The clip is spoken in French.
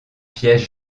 piège